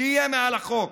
שיהיה מעל החוק,